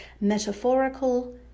metaphorical